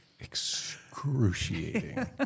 Excruciating